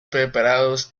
preparados